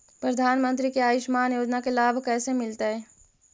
प्रधानमंत्री के आयुषमान योजना के लाभ कैसे मिलतै?